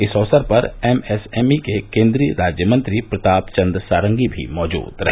इस अवसर पर एम एस एम ई के केन्द्रीय राज्य मंत्री प्रताप चन्द सारंगी भी मौजूद रहे